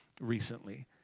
recently